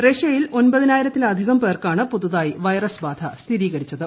റഷ്യയിൽ ഒൻപതിനായിരത്തിലധികം പേർക്കാണ് പുതുതായി വൈറസ് ബാധ സ്ഥിരീകരിച്ചത്